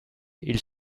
ils